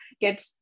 get